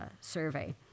survey